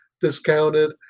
discounted